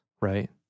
right